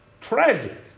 tragic